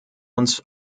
uns